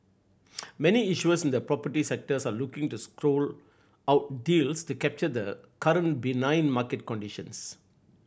many issuers in the property sectors are looking to out deals to capture the current benign market conditions